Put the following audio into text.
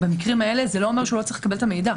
במקרים האלה זה לא אומר שהוא לא צריך לקבל את המידע.